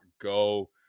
go